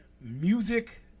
music